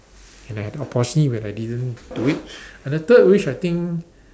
and I had opportunity when I didn't do it and the third wish I think